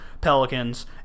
Pelicans